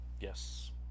Yes